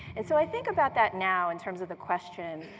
and so i think about that now in terms of the question,